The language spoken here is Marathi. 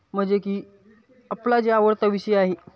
म्हणजे की आपला जे आवडता विषय आहे